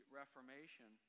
reformation